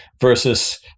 versus